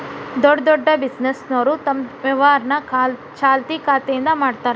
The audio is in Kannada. ದೊಡ್ಡ್ ದೊಡ್ಡ್ ಬಿಸಿನೆಸ್ನೋರು ತಮ್ ವ್ಯವಹಾರನ ಚಾಲ್ತಿ ಖಾತೆಯಿಂದ ಮಾಡ್ತಾರಾ